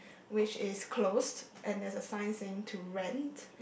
which is closed and there's a sign saying to rent